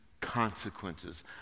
consequences